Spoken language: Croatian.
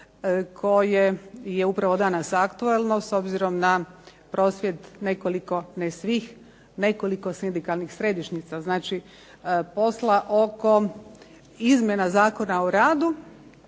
koje je danas aktualno s obzirom na prosvjed ne svih, nekoliko sindikalnih središnjih, znači posla oko izmjena Zakona o radu.